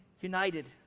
united